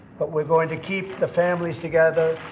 but we're going to keep the families together.